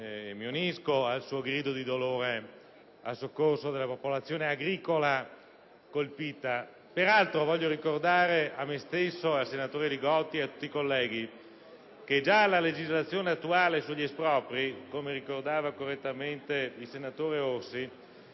mi unisco al suo grido di dolore a soccorso delle popolazione agricola colpita. Peraltro, voglio ricordare a me stesso, al senatore Li Gotti e a tutti i colleghi, che già la legislazione attuale sugli espropri, come ricordava correttamente il senatore Orsi,